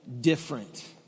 different